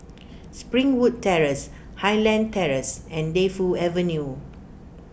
Springwood Terrace Highland Terrace and Defu Avenue